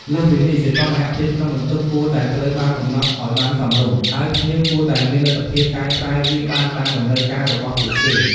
លើសពីនេះ សីតុណ្ហភាពក្នុងបន្ទប់ គួរតែត្រូវបានកំណត់ឲ្យបានសមរម្យ ហើយភ្ញៀវគួរតែមានលទ្ធភាពកែប្រែវាបានតាមតម្រូវការរបស់ពួកគេ។